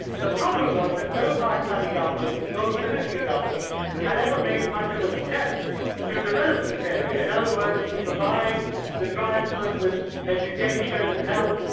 the problem was that no pakistani government and no military government had ever made much of an attempt to develop this area, in other words to provide the tribesmen with education and health.